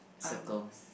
settle